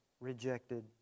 rejected